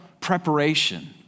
preparation